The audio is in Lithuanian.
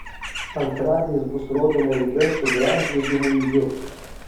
antradieniais bus rodoma laida su gražvydu muižiu